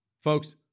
Folks